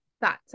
thoughts